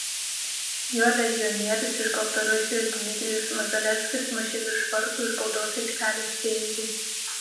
jo legionierius iš baltarusijos dmitrijus mazalevskis mušė virš vartų iš baudos aikštelės prieigų